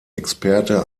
experte